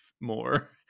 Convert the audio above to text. more